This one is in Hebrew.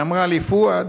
שאמרה לי: פואד,